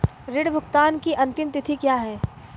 ऋण भुगतान की अंतिम तिथि क्या है?